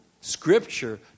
Scripture